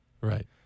right